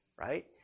right